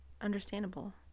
Understandable